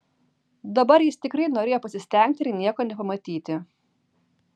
dabar jis tikrai norėjo pasistengti ir nieko nepamatyti